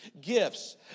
Gifts